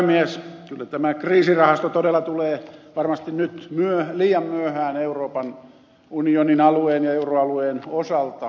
kyllä tämä kriisirahasto todella tulee varmasti nyt liian myöhään euroopan unionin alueen ja euroalueen osalta